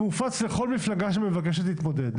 זה מופץ לכל מפלגה שמבקשת להתמודד.